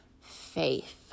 faith